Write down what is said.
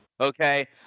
okay